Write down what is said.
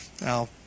Now